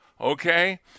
okay